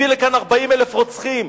הביא לכאן 40,000 רוצחים,